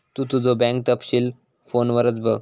तु तुझो बँक तपशील फोनवरच बघ